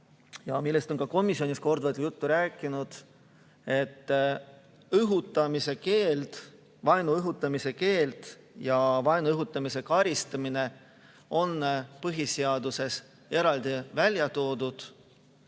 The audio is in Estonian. ja millest on ka komisjonis korduvalt juttu olnud, on see, et vaenu õhutamise keeld ja vaenu õhutamise karistamine on põhiseaduses eraldi välja toodud